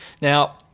now